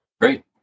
Great